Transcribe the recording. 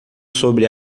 sobre